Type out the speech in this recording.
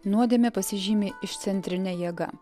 nuodėmė pasižymi išcentrinė jėga